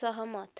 सहमत